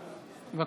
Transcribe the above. בבקשה,